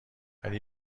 ولی